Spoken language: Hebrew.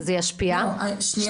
זה ישפיע -- לא שנייה,